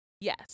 yes